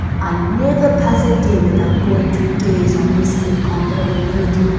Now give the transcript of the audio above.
i never pass a day without going to gaze on this incomparable beauty,